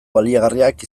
baliagarriak